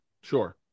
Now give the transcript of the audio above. Sure